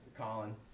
Colin